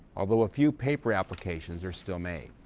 although a few paper applications are still made.